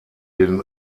den